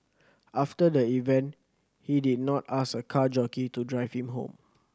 after the event he did not ask a car jockey to drive him home